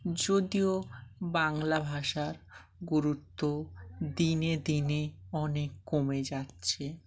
যদিও বাংলা ভাষার গুরুত্ব দিনে দিনে অনেক কমে যাচ্ছে